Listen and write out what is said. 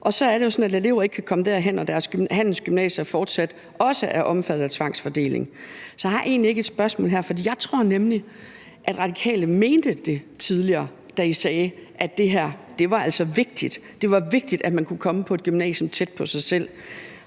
og så er det jo sådan, at elever ikke kan komme derhen, når deres handelsgymnasium fortsat også er omfattet af tvangsfordeling. Så jeg har egentlig ikke et spørgsmål her, for jeg tror nemlig, at Radikale mente det tidligere, da I sagde, at det her altså var vigtigt; det var vigtigt, at man kunne komme ind på et gymnasium tæt på sig selv.